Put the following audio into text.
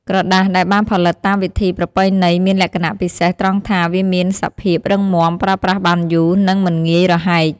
ក្រដាសដែលបានផលិតតាមវិធីប្រពៃណីមានលក្ខណៈពិសេសត្រង់ថាវាមានសភាព រឹងមាំ ប្រើប្រាស់បានយូរ និងមិនងាយរហែក។